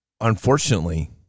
unfortunately